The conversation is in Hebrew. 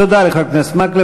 תודה לחבר הכנסת מקלב.